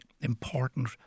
important